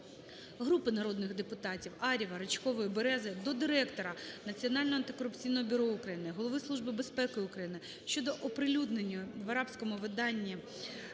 Групи народних депутатів (Ар'єва, Ричкової, Берези) до директора Національного антикорупційного бюро України, Голови Служби безпеки України щодо оприлюдненої в арабському виданні